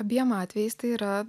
abiem atvejais tai yra